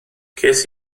ces